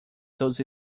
todos